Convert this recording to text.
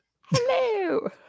Hello